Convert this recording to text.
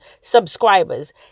subscribers